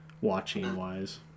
watching-wise